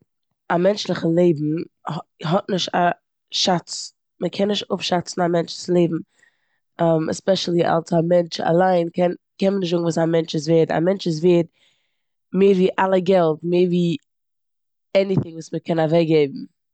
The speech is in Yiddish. א מענטשליכ לעבן הא- האט נישט א שאץ. מ'קען נישט אפשאצן א מענטשן'ס לעבן עספעשילי אלס א מענטש אליין קען- קען מען נישט זאגן וואס א מענטש איז ווערד. א מענטש איז ווערד מער ווי אלע געלט, מער ווי עניטינג וואס מ'קען אוועקגעבן.